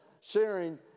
sharing